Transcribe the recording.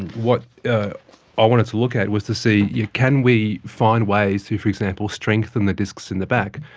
what i wanted to look at was to see yeah can we find ways to, for example, strengthen the discs in the back.